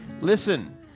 Listen